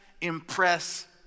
impress